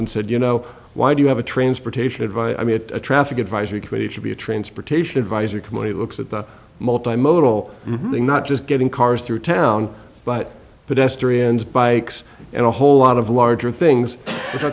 and said you know why do you have a transportation advice i mean a traffic advisory committee should be a transportation advisory committee looks at the multi modal really not just getting cars through town but pedestrians bikes and a whole lot of larger things that